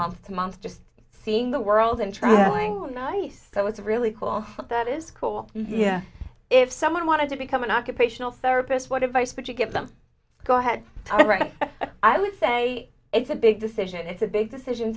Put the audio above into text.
month to month just seeing the world and trying them nice so it's really cool that is cool yeah if someone wanted to become an occupational therapist what advice would you give them go ahead i would say it's a big decision it's a big decision